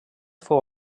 fou